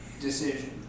decision